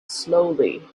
slowly